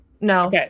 no